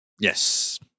yes